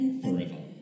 forever